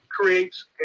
creates